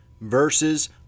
versus